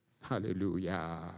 Hallelujah